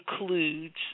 includes